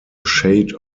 shade